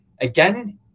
again